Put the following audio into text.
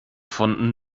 von